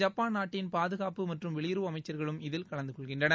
Japan நாட்டின் பாதுகாப்பு மற்றும் வெளியுறவு அமைச்சர்களும் இதில் கலந்து கொள்கின்றனர்